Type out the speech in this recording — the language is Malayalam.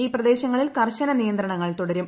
ഈ പ്രദേശങ്ങളിൽ കർശന നിയന്ത്രണങ്ങൾ തുടരും